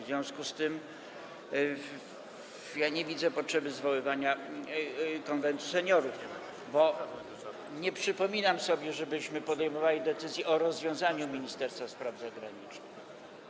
W związku z tym nie widzę potrzeby zwoływania Konwentu Seniorów, bo nie przypominam sobie, żebyśmy podejmowali decyzję o rozwiązaniu Ministerstwa Spraw Zagranicznych.